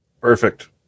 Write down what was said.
Perfect